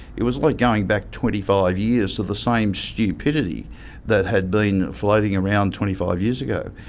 it was like going back twenty five years to the same stupidity that had been floating around twenty five years ago.